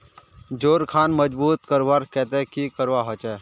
जोड़ खान मजबूत करवार केते की करवा होचए?